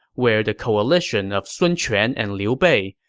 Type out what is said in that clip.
where the coalition of sun quan and liu bei,